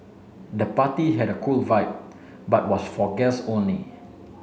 the party had a cool vibe but was for guests only